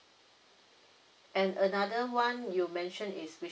and another one you mentioned is which